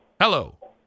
hello